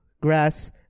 grass